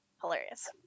hilarious